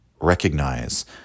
recognize